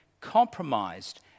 compromised